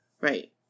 Right